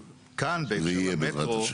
זה יהיה, בעזרת השם.